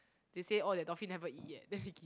they say oh that dolphin haven't eat yet then they give